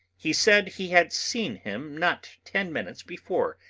he said he had seen him not ten minutes before,